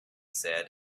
said